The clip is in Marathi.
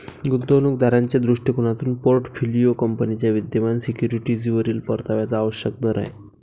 गुंतवणूक दाराच्या दृष्टिकोनातून पोर्टफोलिओ कंपनीच्या विद्यमान सिक्युरिटीजवरील परताव्याचा आवश्यक दर आहे